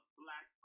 black